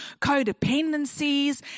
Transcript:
codependencies